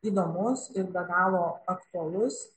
įdomus ir be galo aktualus